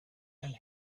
and